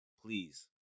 Please